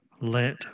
Let